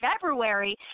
February